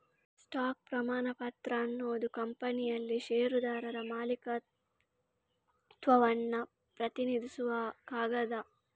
stock ಪ್ರಮಾಣಪತ್ರ ಅನ್ನುದು ಕಂಪನಿಯಲ್ಲಿ ಷೇರುದಾರರ ಮಾಲೀಕತ್ವವನ್ನ ಪ್ರತಿನಿಧಿಸುವ ಕಾಗದ